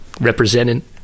representing